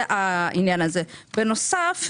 בנוסף,